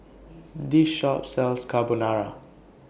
This Shop sells Carbonara